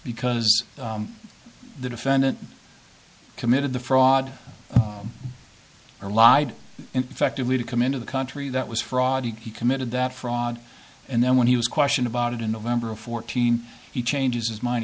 because the defendant committed the fraud or lied and effectively to come into the country that was fraud he committed that fraud and then when he was questioned about it in november of fourteen he changes his mind